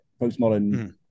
postmodern